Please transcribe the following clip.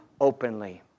openly